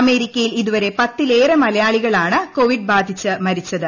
അമേരിക്കയിൽ ഇതുവരെ പത്തിലേറെ മലയാളികളാണ് കോവിഡ് ബാധിച്ച് മരിച്ചത്